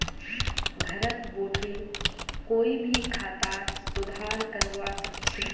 घरत बोठे कोई भी खातार सुधार करवा सख छि